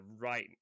right